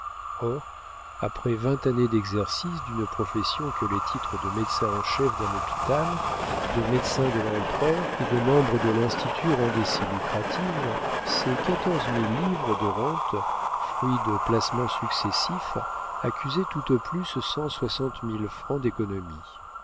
or après vingt années d'exercice d'une profession que les titres de médecin en chef d'un hôpital de médecin de l'empereur et de membre de l'institut rendaient si lucrative ces quatorze mille livres de rentes fruit de placements successifs accusaient tout au plus cent soixante mille francs d'économies